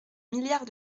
milliard